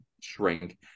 shrink